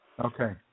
Okay